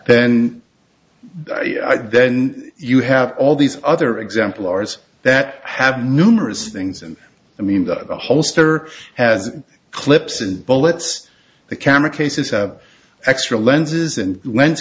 then then you have all these other example ours that have numerous things and i mean that the holster has clips and bullets the camera cases extra lenses and when